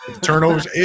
Turnovers